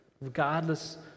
regardless